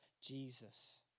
Jesus